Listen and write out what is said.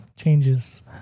Changes